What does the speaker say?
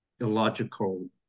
illogical